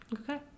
Okay